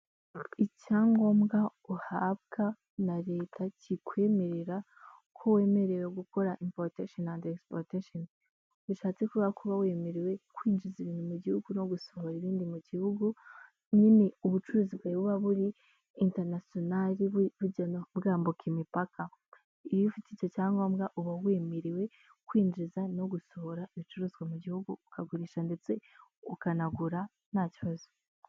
Icyangombwa uhabwa na leta kikwemerera ko wemerewe gukora inpotation dispotation bishatse kuvuga kuba wemerewe kwinjiza ibintu mu gihugu no gusohora ibindi mu gihugu nyine ubucuruzi bwawe buba buri international bujya bwambuka imipaka iyo ufite icyo cyangombwa uba wemerewe kwinjiza no gusohora ibicuruzwa mu gihugu ukagurisha ndetse ukanagura nta kibazo.